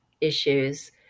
issues